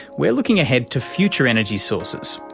we're looking ahead to future energy sources.